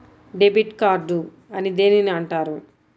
Debit card అని దేనిని అంటారు?